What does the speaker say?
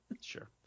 sure